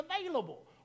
available